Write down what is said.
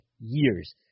years